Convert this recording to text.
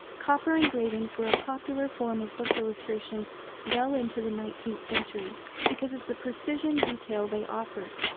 copper engravings were popular form of book illustration well into the nineteenth century because of the precision detail they offered.